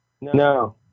No